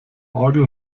orgel